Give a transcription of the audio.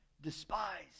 despise